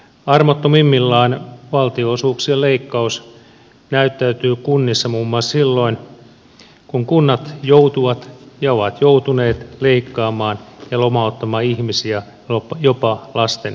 armottomimmillaan valtionosuuksien leikkaus näyttäytyy kunnissa muun muassa silloin kun kunnat joutuvat ja ovat joutuneet leikkaamaan ja lomauttamaan ihmisiä jopa lastensuojelusta